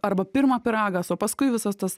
arba pirma pyragas o paskui visas tas